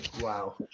Wow